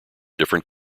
different